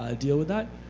ah deal with that.